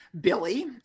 Billy